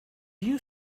you